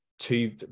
two